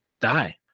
die